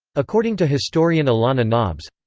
according to historian alanna nobbs,